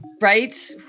Right